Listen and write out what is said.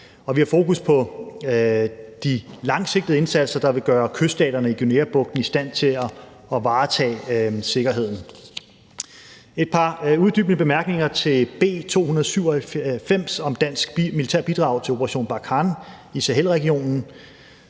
vi har fokus på de langsigtede indsatser, der vil gøre kyststaterne i Guineabugten i stand til at varetage sikkerheden. Jeg har et par uddybende bemærkninger til B 297 om dansk militærbidrag til »Operation Barkhane« i Sahelregionen.